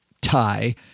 tie